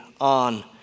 on